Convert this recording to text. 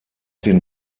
den